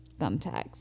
thumbtacks